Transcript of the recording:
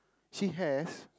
she has